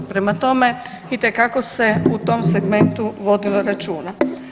Prema tome itekako se u tom segmentu vodilo računa.